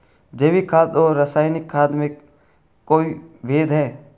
जैविक खाद और रासायनिक खाद में कोई भेद है?